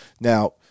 Now